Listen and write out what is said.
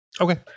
Okay